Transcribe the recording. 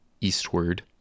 Eastward